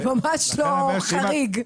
זה ממש לא חריג.